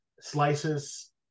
slices